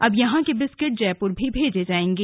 अब यहां के बिस्कूट जयपुर भी भेजे जाएंगे